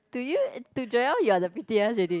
to you to Joel you are the prettiest already